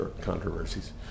controversies